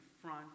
front